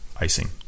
icing